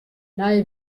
nije